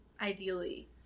ideally